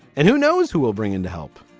and who knows who will bring in to help?